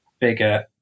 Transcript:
bigger